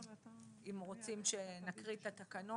בדרך